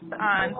on